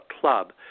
club